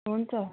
हुन्छ